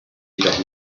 jedoch